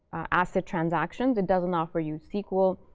acid transactions. it doesn't offer you sql.